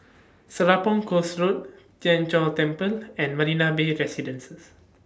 Serapong Course Road Tien Chor Temple and Marina Bay Residences